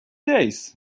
days